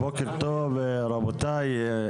בוקר טוב, רבותיי.